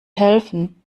helfen